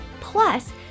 Plus